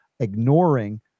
ignoring